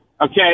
Okay